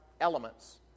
elements